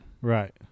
Right